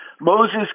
Moses